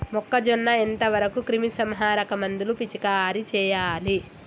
మొక్కజొన్న ఎంత వరకు క్రిమిసంహారక మందులు పిచికారీ చేయాలి?